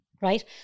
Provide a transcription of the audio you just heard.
right